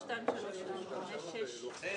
הצבעה בעד ההסתייגות 6 נגד,